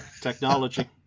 Technology